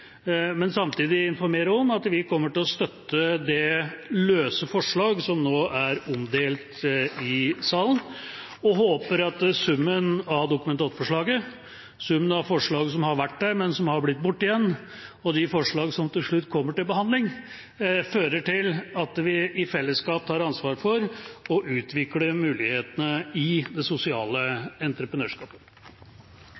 men vil samtidig informere om at vi kommer til å støtte det løse forslaget som nå er omdelt i salen, og håper at summen av Dokument 8-forslaget, det forslaget som har vært der, men som har blitt borte igjen, og de forslagene som til slutt kommer til behandling, fører til at vi i fellesskap tar ansvar for å utvikle mulighetene i det sosiale